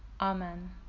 Amen